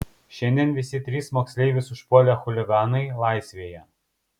šiandien visi trys moksleivius užpuolę chuliganai laisvėje